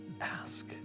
ask